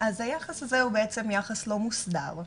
אז היחס הזה הוא בעצם יחס לא מוסדר.